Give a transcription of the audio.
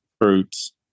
Fruits